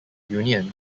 union